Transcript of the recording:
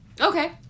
Okay